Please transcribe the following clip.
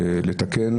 לתקן.